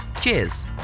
cheers